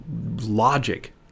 logic